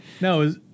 No